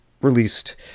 released